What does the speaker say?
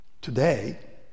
Today